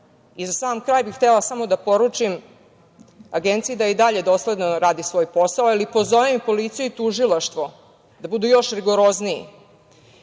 sam kraj bih samo htela da poručim Agenciji da i dalje dosledno radi svoj posao i da pozovem policiju i tužilaštvo da budu još rigorozniji,